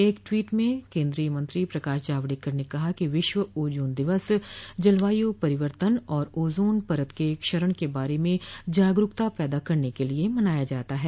एक ट्वीट में केन्द्रीय मंत्री प्रकाश जावडेकर ने कहा कि विश्व ओजोन दिवस जलवायू परिवर्तन और ओजोन परत के क्षरण के बारे में जागरूकता पैदा करने के लिए मनाया जाता है